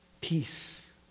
peace